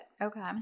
Okay